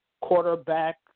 quarterback